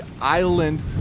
island